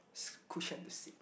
cushion to sit